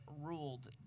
ruled